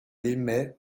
l’aimait